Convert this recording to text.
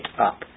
up